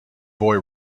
boy